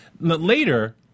Later